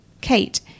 Kate